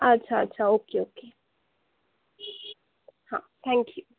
अच्छा अच्छा okay okay हा थँक्यू